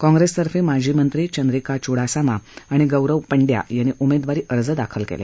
काँग्रेसतर्फे माजी मंत्री चंद्रीका चुडासामा आणि गौरव पंडया यांनी उमेदवारी अर्ज दाखल केले